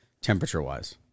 temperature-wise